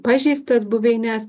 pažeistas buveines